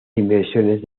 inversiones